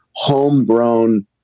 homegrown